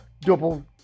Double